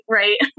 right